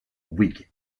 whig